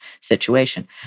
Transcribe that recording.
situation